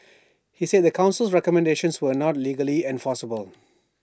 he said the Council's recommendations were not legally enforceable